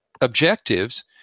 objectives